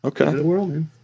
okay